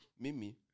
Mimi